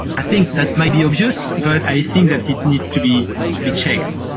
i think that might be obvious, but i think that it needs to be to be checked.